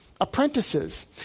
apprentices